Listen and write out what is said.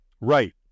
Right